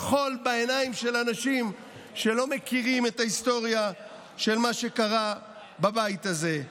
חול בעיניים של אנשים שלא מכירים את ההיסטוריה של מה שקרה בבית הזה.